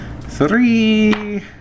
three